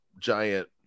giant